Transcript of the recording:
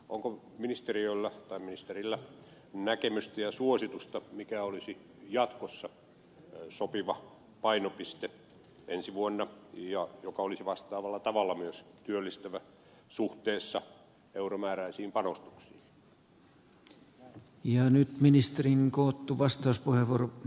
onko ministeriöllä tai ministerillä näkemystä ja suositusta mikä olisi jatkossa ensi vuonna sopiva painopiste joka olisi vastaavalla tavalla myös työllistävä suhteessa euromääräisiin panostuksiin